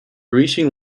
reaching